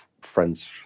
friends